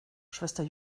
schwester